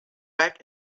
back